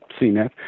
CNET